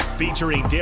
featuring